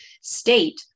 state